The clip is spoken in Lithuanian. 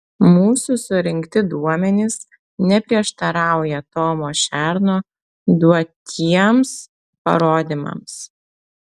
mūsų surinkti duomenys neprieštarauja tomo šerno duotiems parodymams